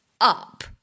up